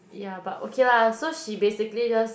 ya but okay lah so she basically just